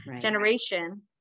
generation